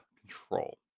control